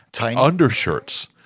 undershirts